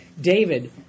David